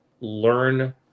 learn